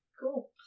Cool